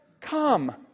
come